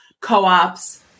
co-ops